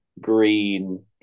green